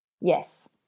yes